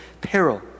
peril